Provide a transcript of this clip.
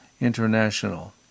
International